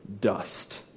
dust